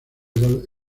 dos